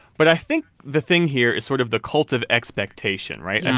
but i think the thing here is sort of the cult of expectation, right? i mean,